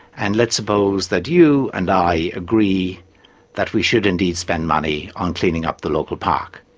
and let's suppose that you and i agree that we should indeed spend money on cleaning up the local park.